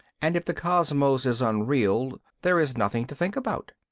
and if the cosmos is unreal, there is nothing to think about.